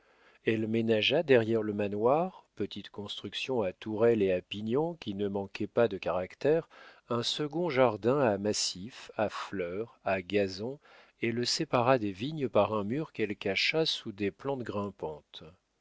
elle ménagea derrière le manoir petite construction à tourelles et à pignons qui ne manquait pas de caractère un second jardin à massifs à fleurs à gazons et le sépara des vignes par un mur qu'elle cacha sous des plantes grimpantes